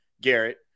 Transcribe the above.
Garrett